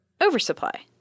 oversupply